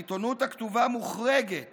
העיתונות הכתובה מוחרגת